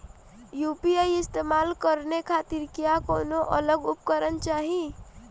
UPI इस्तेमाल करने खातिर क्या कौनो अलग उपकरण चाहीं?